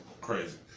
Crazy